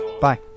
Bye